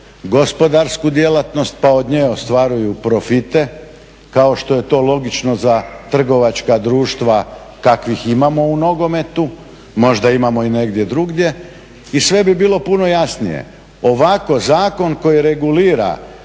gospodarsku djelatnost pa od nje ostvaruju profite kao što je to logično za trgovačka društva kakvih imamo u nogometu. Možda imamo i negdje drugdje i sve bi bilo puno jasnije. Ovako zakon koji regulira